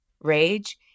rage